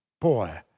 Boy